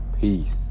peace